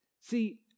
See